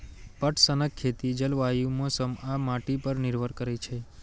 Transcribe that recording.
पटसनक खेती जलवायु, मौसम आ माटि पर निर्भर करै छै